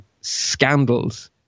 scandals